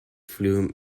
flew